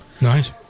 nice